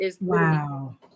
wow